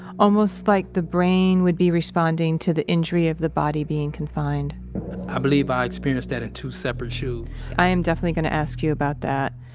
almost like the brain would be responding to the injury of the body being confined i believe i experienced that in two separate shus i am definitely going to ask you about that,